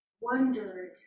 wondered